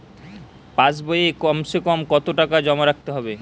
পাশ বইয়ে কমসেকম কত টাকা জমা রাখতে হবে?